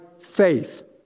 faith